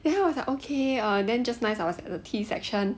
then I was like okay then just nice I was at the tea section